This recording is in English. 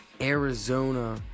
Arizona